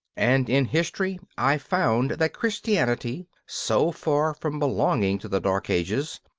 and in history i found that christianity, so far from belonging to the dark ages,